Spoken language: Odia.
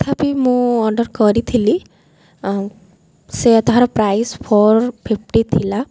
ତଥାପି ମୁଁ ଅର୍ଡ଼ର୍ କରିଥିଲି ସେ ତାହାର ପ୍ରାଇସ୍ ଫୋର୍ ଫିଫ୍ଟି ଥିଲା